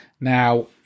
Now